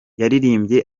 yaririmbye